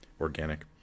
organic